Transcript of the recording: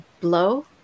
blow